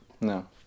No